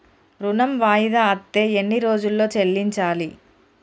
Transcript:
ఋణం వాయిదా అత్తే ఎన్ని రోజుల్లో చెల్లించాలి?